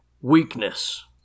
weakness